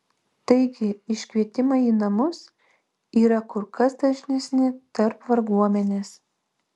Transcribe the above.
taigi iškvietimai į namus yra kur kas dažnesni tarp varguomenės